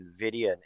nvidia